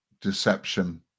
deception